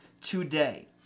today